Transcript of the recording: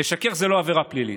לשקר זה לא עבירה פלילית.